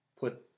put